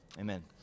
Amen